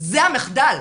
זה המחדל.